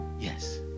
Yes